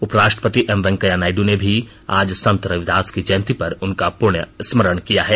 उप राष्ट्रपति एम वैंकेया नायडू ने भी आज संत रविदास की जयंती पर उनका पृण्य स्मरण किया है